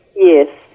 Yes